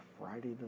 Friday